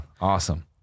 Awesome